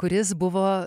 kuris buvo